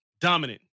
Dominant